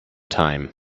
time